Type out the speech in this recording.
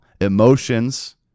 emotions